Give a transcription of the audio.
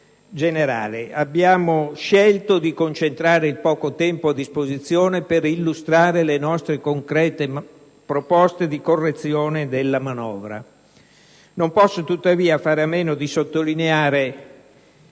generale. Abbiamo scelto di concentrare il poco tempo a disposizione per illustrare le nostre concrete proposte di correzione della manovra. Non posso, tuttavia, fare a meno di sottolineare